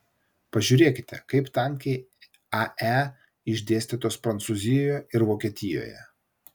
pažiūrėkite kaip tankiai ae išdėstytos prancūzijoje ir vokietijoje